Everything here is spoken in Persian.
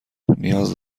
نیاز